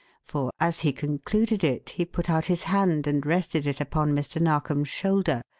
for, as he concluded it, he put out his hand and rested it upon mr. narkom's shoulder,